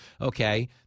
okay